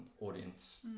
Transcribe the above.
audience